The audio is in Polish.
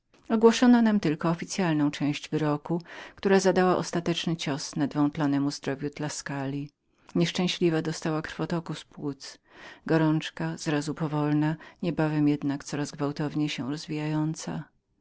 ogłoszono nam pierwszą część wyroku która zadała ostateczny cios chwiejącemu się zdrowiu tuskuli nieszczęśliwa wpadła w suchoty gorączka z razu powolna niebawem jednak coraz gwałtowniej się rozwijająca